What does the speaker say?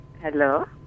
Hello